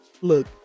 look